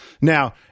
Now